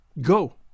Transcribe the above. Go